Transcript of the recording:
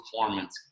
performance